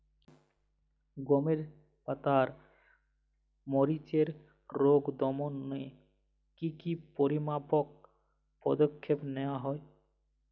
গমের পাতার মরিচের রোগ দমনে কি কি পরিমাপক পদক্ষেপ নেওয়া হয়?